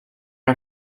are